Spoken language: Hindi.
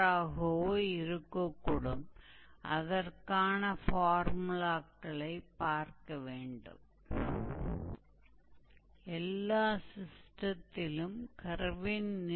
तो हम आर्क की लंबाई की गणना के लिए अन्य एक्सप्रेसन्स लिखते हैं